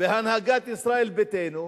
במשך שנתיים בהנהגת ישראל ביתנו,